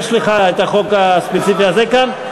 יש לך החוק הספציפי הזה כאן?